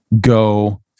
Go